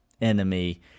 enemy